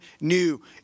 new